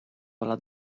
alla